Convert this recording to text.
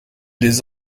les